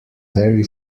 very